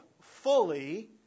fully